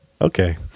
Okay